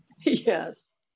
Yes